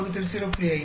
045 0